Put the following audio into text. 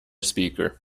speaker